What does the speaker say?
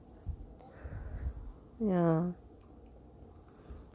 ya